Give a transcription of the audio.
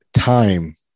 time